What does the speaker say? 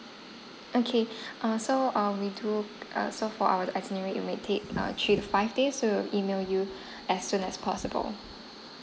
okay err so err we do err so for our itinerary it might take three to five days so I'll email you as soon as possible